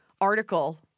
article